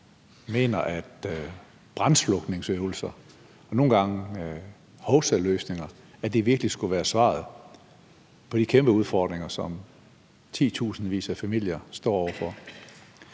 mener, at brandslukningsøvelser og nogle gange hovsaløsninger virkelig skulle være svaret på de kæmpe udfordringer, som titusindvis af familier står over for.